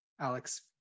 alex